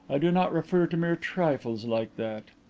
i do not refer to mere trifles like that.